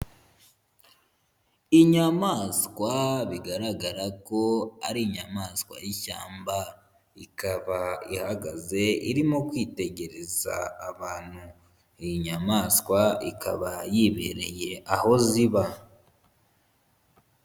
Inyamaswa bigaragara ko ari inyamaswa y'ishyamba, ikaba ihagaze irimo kwitegereza abantu, iyi nyamaswa ikaba yibereye aho ziba.